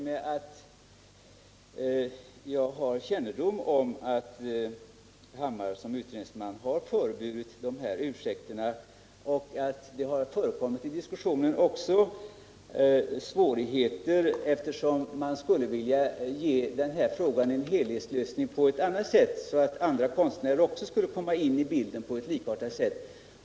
Herr talman! Får jag då fråga utbildningsministern: Finns det över huvud taget några direktiv till förhandlaren om att de sociala avgifterna inte får ingå i avtalet? Finns det inte några sådana direktiv kan man ta upp den frågan och Nr 76 förhoppningsvis nå den lösning som konstnärerna önskar. Torsdagen den Herr talman! Jag vill bara komplettera med att anföra att jag har kännedom om att Hammar, som är utredningsman, har föreburit de här ursäkterna och att det i diskussionen också har förekommit svårigheter. Man skulle nämligen vilja ge frågan en helhetslösning, så att andra konstnärer kunde komma in i bilden på ett likartat sätt.